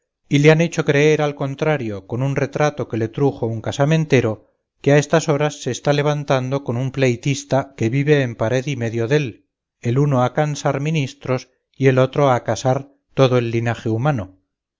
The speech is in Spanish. y le han hecho creer al contrario con un retrato que le trujo un casamentero que a estas horas se está levantando con un pleitista que vive pared y medio dél el uno a cansar ministros y el otro a casar todo el linaje humano